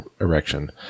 erection